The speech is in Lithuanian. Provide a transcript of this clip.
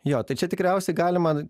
jo čia tikriausiai galima